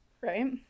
Right